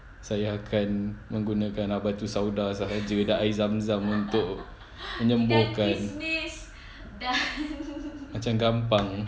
saya akan menggunakan batu sauda sahaja dan air zam zam untuk menyembuhkan macam gampang